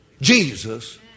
Jesus